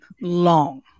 long